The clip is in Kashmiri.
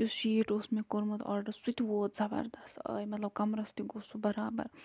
یُس شیٖٹ اوس سُہ اوس مےٚ کوٚرمُت آرڈر سُہ تہِ ووٚت زَبردست آیہِ مطلب کَمرَس تہِ گوٚو سُہ برابر